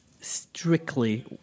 strictly